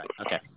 Okay